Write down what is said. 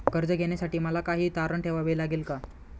कर्ज घेण्यासाठी मला काही तारण ठेवावे लागेल का?